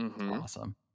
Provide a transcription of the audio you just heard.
Awesome